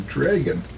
Dragon